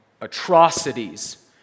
atrocities